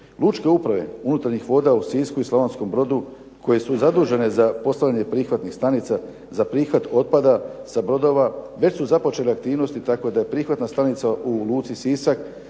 Lučke uprave unutarnjih voda u Sisku i Slavonskom Brodu koje su zadužene za postavljanje prihvatnih stanica za prihvat otpada sa brodova već su započele aktivnosti, tako da je prihvatna stanica u luci Sisak